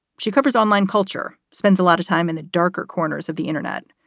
she covers online culture, spends a lot of time in the darker corners of the internet.